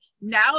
now